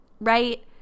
right